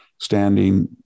Standing